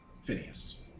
Phineas